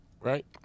right